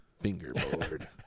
Fingerboard